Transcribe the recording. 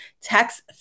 text